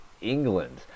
England